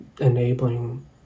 enabling